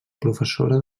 professora